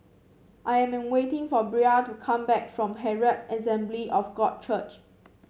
I am waiting for Bria to come back from Herald Assembly of God Church